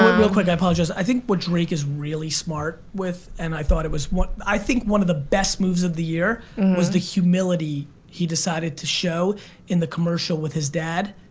real quick, i apologize. i think what drake is really smart with and i thought it was what i think one of the best moves of the year was the humility he decided to show in the commercial with his dad,